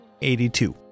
82